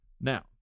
Now